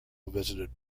visited